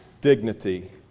dignity